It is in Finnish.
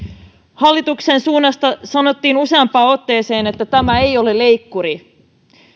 hallituksen suunnasta sanottiin useampaan otteeseen että tämä ei ole leikkuri